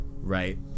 right